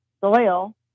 soil